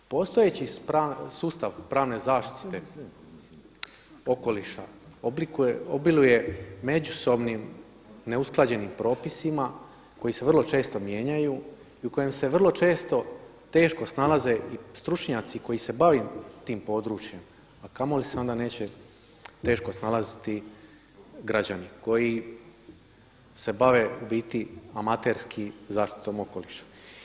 Postojeći sustav pravne zaštite okoliša obiluje međusobnim neusklađenim propisima koji se vrlo često mijenjaju i u kojem se vrlo često teško snalaze i stručnjaci koji se bave tim područjem, a kamoli se onda neće teško snalaziti građani koji se bave u biti amaterski zaštitom okoliša.